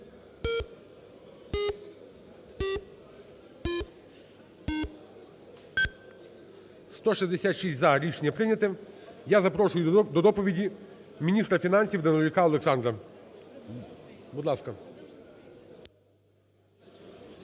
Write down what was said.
За-166 Рішення прийнято. Я запрошую до доповіді міністра фінансів Данилюка Олександра, будь ласка.